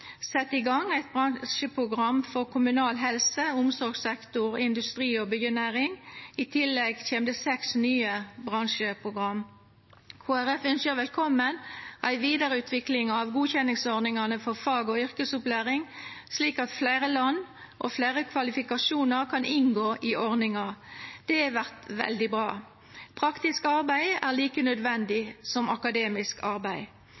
i gang eit bransjeprogram for kommunal helse- og omsorgssektor og industri- og byggjenæringa. I tillegg kjem det seks nye bransjeprogram. Kristeleg Folkeparti ynskjer velkomen ei vidareutvikling av godkjenningsordningane for fag- og yrkesopplæring, slik at fleire land og fleire kvalifikasjonar kan inngå i ordninga. Det vert veldig bra. Praktisk arbeid er like nødvendig som akademisk arbeid.